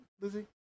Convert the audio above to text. Lizzie